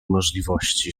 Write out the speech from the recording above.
możliwości